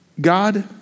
God